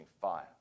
fire